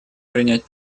принять